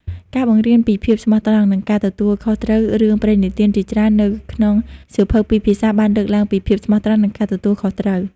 ការបង្រៀនពីភាពស្មោះត្រង់ និងការទទួលខុសត្រូវរឿងព្រេងនិទានជាច្រើននៅក្នុងសៀវភៅពីរភាសាបានលើកឡើងពីភាពស្មោះត្រង់ និងការទទួលខុសត្រូវ។